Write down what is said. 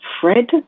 Fred